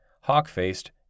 hawk-faced